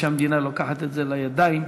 שהמדינה לוקחת את זה לידיים,